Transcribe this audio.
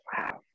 wow